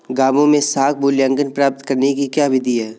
गाँवों में साख मूल्यांकन प्राप्त करने की क्या विधि है?